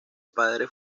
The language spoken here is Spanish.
padre